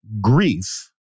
grief